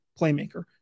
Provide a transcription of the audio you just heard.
playmaker